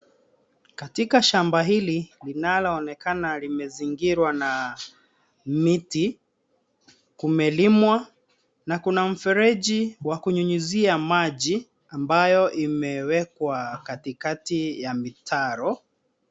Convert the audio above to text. Katika shamba hili linaloonekana limezingirwa na miti, kumelimwa na kuna mfereji wa kunyunyizia maji ambayo imewekwa katikati ya mitaro.